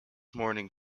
morning